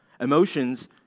Emotions